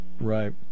right